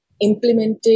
implemented